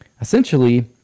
Essentially